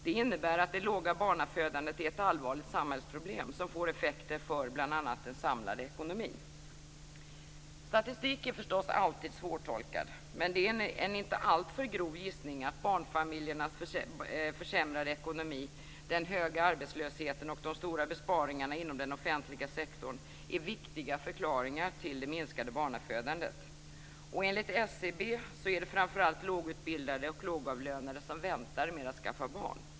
Det innebär att det låga barnafödandet är ett allvarligt samhällsproblem som får effekter för bl.a. den samlade ekonomin. Statistik är förstås alltid svårtolkad, men det är en inte alltför grov gissning att barnfamiljernas försämrade ekonomi, den höga arbetslösheten och de stora besparingarna inom den offentliga sektorn är viktiga förklaringar till det minskade barnafödandet. Enligt SCB är det framför allt lågutbildade och lågavlönade som väntar med att skaffa barn.